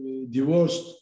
divorced